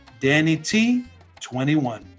DannyT21